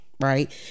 right